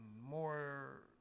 more